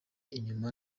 inyuma